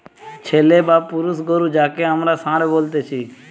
ছেলে বা পুরুষ গরু যাঁকে আমরা ষাঁড় বলতেছি